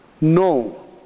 no